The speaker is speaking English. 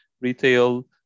retail